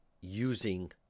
using